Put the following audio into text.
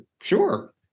sure